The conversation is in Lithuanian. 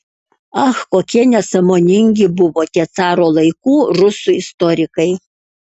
ach kokie nesąmoningi buvo tie caro laikų rusų istorikai